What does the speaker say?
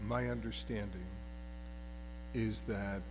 my understanding is that